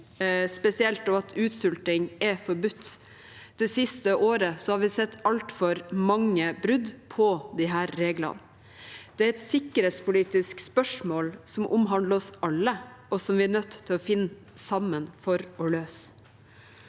spesielt at utsulting er forbudt. Det siste året har vi sett altfor mange brudd på disse reglene. Det er et sikkerhetspolitisk spørsmål som omhandler oss alle, og som vi er nødt til å finne sammen for å løse.